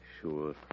Sure